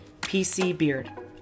PCBeard